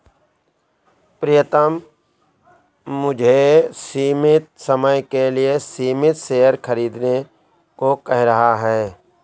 प्रितम मुझे सीमित समय के लिए सीमित शेयर खरीदने को कह रहा हैं